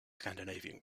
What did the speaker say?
scandinavian